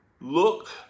Look